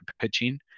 pitching